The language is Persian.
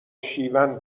شیون